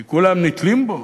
כי כולם נתלים בו,